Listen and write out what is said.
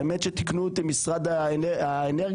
האמת שתיקנו אותי משרד האנרגיה.